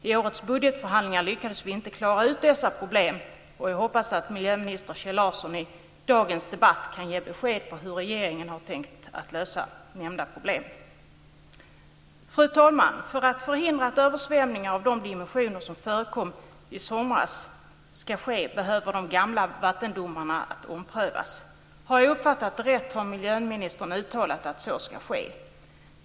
I årets budgetförhandlingar lyckades vi inte klara ut dessa problem, och jag hoppas att miljöminister Kjell Larsson i dagens debatt kan ge besked om hur regeringen har tänkt sig att lösa nämnda problem. Fru talman! För att förhindra att översvämningar av de dimensioner som förekom i somras ska ske igen behöver de gamla vattendomarna omprövas. Har jag uppfattat det rätt så har miljöministern uttalat att så ska ske.